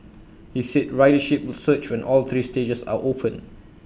he said ridership will surge when all three stages are open